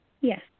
Yes